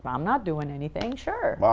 um not doing anything. sure!